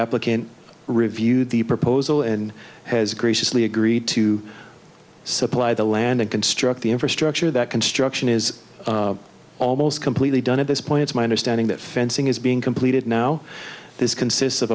applicant reviewed the proposal and has graciously agreed to supply the land and construct the infrastructure that construction is almost completely done at this point it's my understanding that fencing is being completed now this consists of